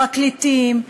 פרקליטים,